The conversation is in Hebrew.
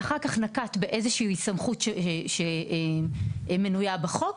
ואחר כך נקט באיזושהי סמכות שמנויה בחוק,